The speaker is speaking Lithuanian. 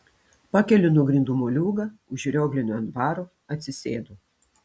pakeliu nuo grindų moliūgą užrioglinu ant baro atsisėdu